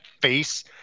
face